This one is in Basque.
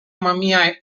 mamia